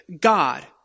God